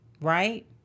Right